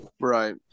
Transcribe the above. Right